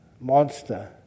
monster